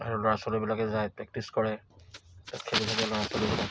আৰু ল'ৰা ছোৱালীবিলাকে যায় প্ৰেক্টিছ কৰে তাত খেলিবলৈ ল'ৰা ছোৱালীবিলাক